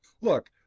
look